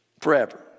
forever